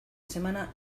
semana